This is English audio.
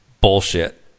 bullshit